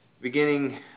Beginning